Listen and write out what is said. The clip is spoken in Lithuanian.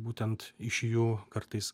būtent iš jų kartais